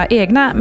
egna